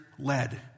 led